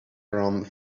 around